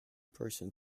person